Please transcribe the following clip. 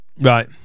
Right